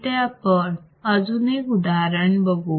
इथे आपण अजून एक उदाहरण बघू